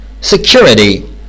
Security